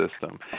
system